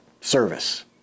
service